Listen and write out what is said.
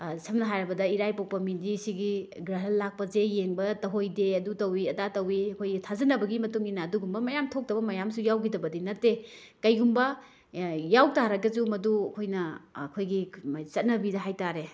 ꯁꯝꯅ ꯍꯥꯏꯔꯕꯗ ꯏꯔꯥꯏ ꯄꯣꯛꯄ ꯃꯤꯗꯤ ꯁꯤꯒꯤ ꯒ꯭ꯔꯥꯍꯟ ꯂꯥꯛꯄꯁꯦ ꯌꯦꯡꯕ ꯇꯧꯍꯩꯗꯦ ꯑꯗꯨ ꯇꯧꯏ ꯑꯗꯥ ꯇꯧꯏ ꯑꯩꯈꯣꯏꯒꯤ ꯊꯥꯖꯅꯕꯒꯤ ꯃꯇꯨꯡ ꯏꯟꯅ ꯑꯗꯨꯒꯨꯝꯕ ꯃꯌꯥꯝ ꯊꯣꯛꯇꯕ ꯃꯌꯥꯝꯁꯨ ꯌꯥꯎꯈꯤꯗꯕꯗꯤ ꯅꯠꯇꯦ ꯀꯩꯒꯨꯝꯕ ꯌꯥꯎꯇꯥꯔꯒꯁꯨ ꯃꯗꯨ ꯑꯩꯈꯣꯏꯅ ꯑꯩꯈꯣꯏꯒꯤ ꯆꯠꯅꯕꯤꯗ ꯍꯥꯏꯇꯥꯔꯦ